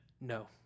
no